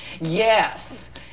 Yes